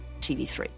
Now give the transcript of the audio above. TV3